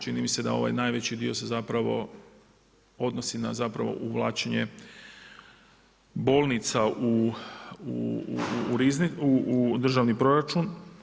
Čini mi se da ovaj najveći dio se zapravo odnosi na zapravo uvlačenje bolnica u državni proračun.